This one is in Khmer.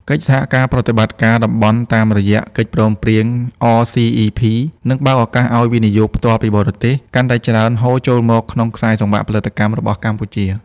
កិច្ចសហប្រតិបត្តិការតំបន់តាមរយៈកិច្ចព្រមព្រៀង RCEP នឹងបើកឱកាសឱ្យ វិនិយោគផ្ទាល់ពីបរទេស កាន់តែច្រើនហូរចូលមកក្នុងខ្សែសង្វាក់ផលិតកម្មរបស់កម្ពុជា។